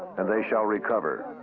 and they shall recover.